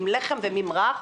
עם לחם וממרח,